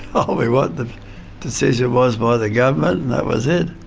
told me what the decision was by the government. and that was it.